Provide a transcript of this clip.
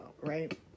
right